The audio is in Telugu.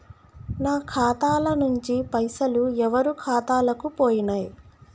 నా ఖాతా ల నుంచి పైసలు ఎవరు ఖాతాలకు పోయినయ్?